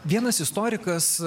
vienas istorikas